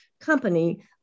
company